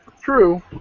True